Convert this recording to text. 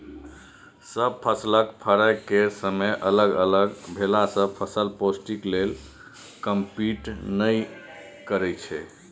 सब फसलक फरय केर समय अलग अलग भेलासँ फसल पौष्टिक लेल कंपीट नहि करय छै